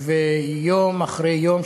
ויום אחרי יום,